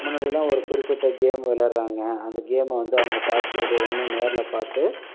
முன்னாடியெலாம் ஒரு குறிப்பிட்ட கேம் விளையாடுறாங்க அந்த கேமை வந்து அவங்க பார்த்துகிட்டு ஒன்று நேரில் பார்த்து